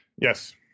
Yes